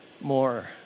more